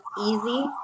easy